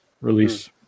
release